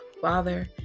Father